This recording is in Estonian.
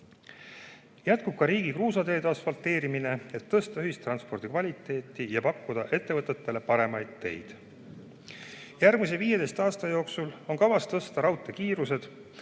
Jätkub ka riigi kruusateede asfalteerimine, et parandada ühistranspordi kvaliteeti ja pakkuda ettevõtetele paremaid teid. Järgmise 15 aasta jooksul on kavas suurendada